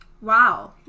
Wow